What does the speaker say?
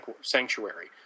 sanctuary